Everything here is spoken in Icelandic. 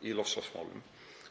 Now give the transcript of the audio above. í loftslagsmálum.